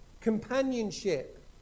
companionship